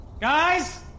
Guys